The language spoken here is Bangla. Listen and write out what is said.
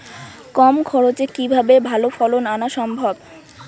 কম খরচে কিভাবে ভালো ফলন আনা সম্ভব?